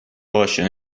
باشه